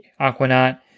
Aquanaut